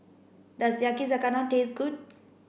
does Yakizakana taste good